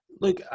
Look